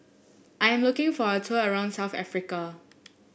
I'm looking for a tour around South Africa